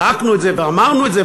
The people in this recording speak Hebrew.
וצעקנו את זה ואמרנו את זה,